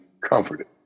comforted